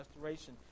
restoration